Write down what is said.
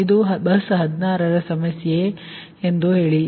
ಇದು ಬಸ್ 16 ರ ಸಮಸ್ಯೆ ಎಂದು ಹೇಳಿ